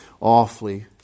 awfully